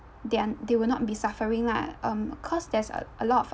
they are they will not be suffering lah um cos there's a a lot of